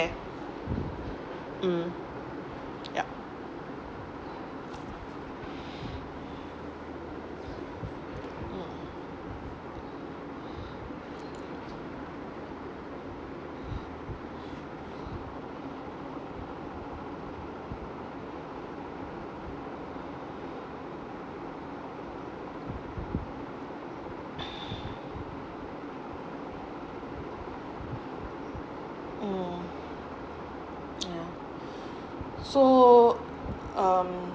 mm yeah mm mm yeah so um